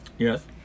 Yes